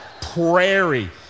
prairie